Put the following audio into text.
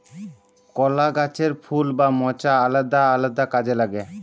কলা গাহাচের ফুল বা মচা আলেদা আলেদা কাজে লাগে